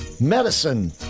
medicine